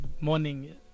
morning